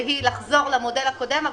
והיא לחזור למודל הקודם,